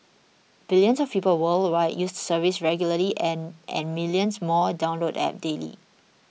billions of people worldwide use the service regularly and and millions